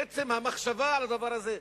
עצם המחשבה על הדבר הזה,